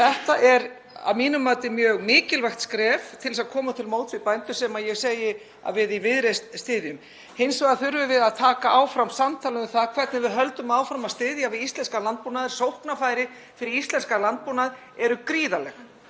Þetta er að mínu mati mjög mikilvægt skref til að koma til móts við bændur sem ég segi að við í Viðreisn styðjum. Hins vegar þurfum við að taka áfram samtal um það hvernig við höldum áfram að styðja við íslenskan landbúnað en sóknarfæri fyrir hann eru gríðarleg.